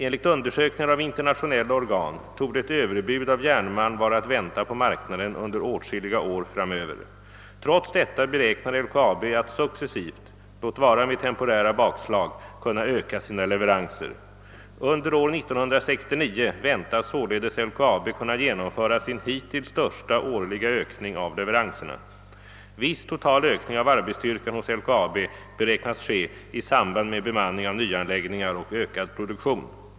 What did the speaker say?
Enligt undersökningar av internationella organ torde ett överutbud av järnmalm vara att vänta på marknaden under åtskilliga år framöver. Trots detta beräknar LKAB att successivt, låt vara med temporära bakslag, kunna öka sina leveranser. Under år 1969 väntas således LKAB kunna genomföra sin hittills största årliga ökning av leveranserna. Viss total ökning av arbetsstyrkan hos LKAB beräknas ske i samband med bemanning av nyanläggningar och ökad produktion.